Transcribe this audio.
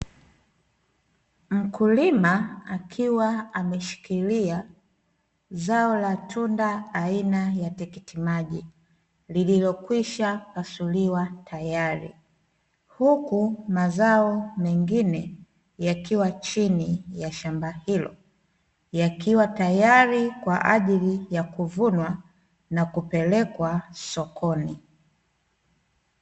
Mkulima akiwa ameshikilia zao la tunda aina ya tikiti maji lililokwisha pasuliwa tayari. huku mazao mengine yakiwa chini ya shamba hilo, yakiwa tayari kwa ajili ya kuvunwa na kupelekwa sokoni.